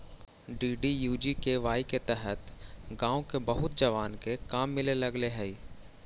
DDUGKY के तहत गाँव के बहुत जवान के काम मिले लगले हई